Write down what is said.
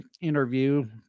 interview